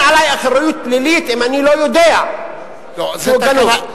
עלי אחריות פלילית אם אני לא יודע שהוא גנוב.